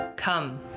Come